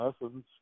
lessons